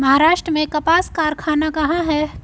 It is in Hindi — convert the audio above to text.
महाराष्ट्र में कपास कारख़ाना कहाँ है?